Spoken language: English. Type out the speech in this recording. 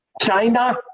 China